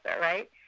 right